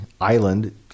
Island